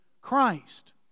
Christ